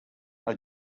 are